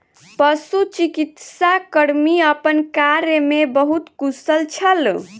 पशुचिकित्सा कर्मी अपन कार्य में बहुत कुशल छल